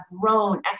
grown